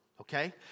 okay